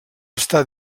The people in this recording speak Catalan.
estar